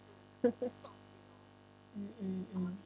mm mm mm